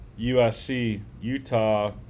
USC-Utah